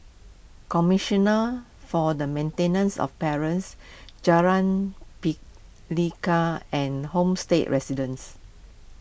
Commissioner for the Maintenance of Parents Jalan Pelikat and Homestay Residences